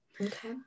okay